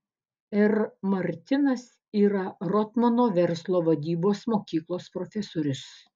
r martinas yra rotmano verslo vadybos mokyklos profesorius